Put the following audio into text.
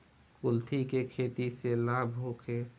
कुलथी के खेती से लाभ होखे?